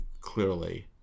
clearly